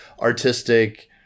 artistic